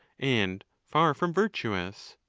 and far from virtuous.